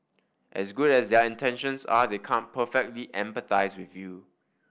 as good as their intentions are they can't perfectly empathise with you